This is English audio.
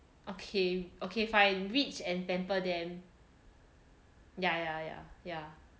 okay okay fine rich and pamper them yeah yeah yeah yeah